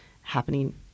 happening